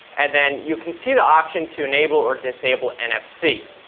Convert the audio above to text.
and then you can see the option to enable or disable nfc.